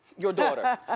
your daughter.